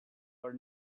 were